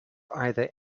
either